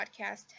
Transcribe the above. Podcast